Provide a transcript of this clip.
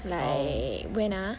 like when ah